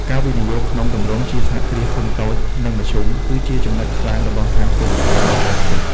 ការវិនិយោគក្នុងទម្រង់ជាសហគ្រាសធុនតូច និងមធ្យម គឺជាចំណុចខ្លាំងរបស់សហគមន៍ខ្មែរនៅបរទេស។